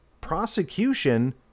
prosecution